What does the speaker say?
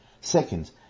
Second